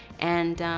and